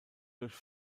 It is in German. durch